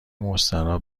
مستراح